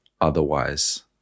otherwise